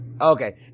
Okay